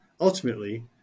Ultimately